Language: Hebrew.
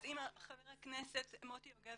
חבר הכנסת מוטי יוגב